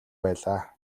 байлаа